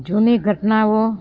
જૂની ઘટનાઓ